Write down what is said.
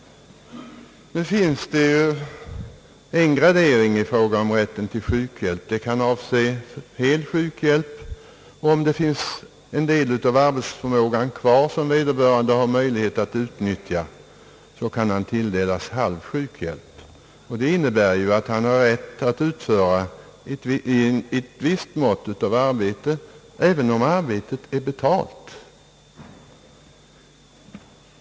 Nu finns det ju en gradering i fråga om rätten till sjukhjälp. Den kan avse hel sjukhjälp. Om en del av arbetsförmågan finns kvar och vederbörande har möjlighet att utnyttja den, kan han tilldelas halv sjukhjälp. Det innebär att han har rätt att utföra ett visst mått av arbete, även om arbetet är betalt.